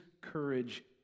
courage